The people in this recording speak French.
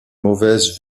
mauvaise